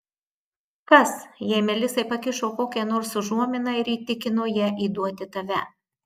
kas jei melisai pakišo kokią nors užuominą ir įtikino ją įduoti tave